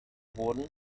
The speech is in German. wurden